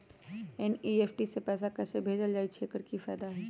NEFT से पैसा कैसे भेजल जाइछइ? एकर की फायदा हई?